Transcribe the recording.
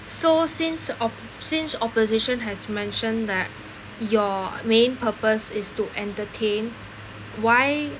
so since op~ since opposition has mentioned that your main purpose is to entertain why